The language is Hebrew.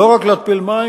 לא רק להתפיל מים,